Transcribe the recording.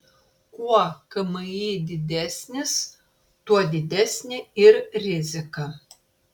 kuo kmi didesnis tuo didesnė ir rizika